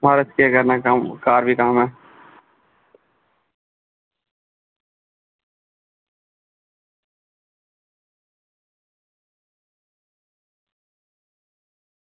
ते केह् करना घर बी जाना